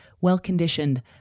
Well-conditioned